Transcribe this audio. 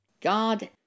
God